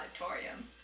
auditorium